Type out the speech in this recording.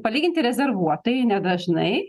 palyginti rezervuotai nedažnai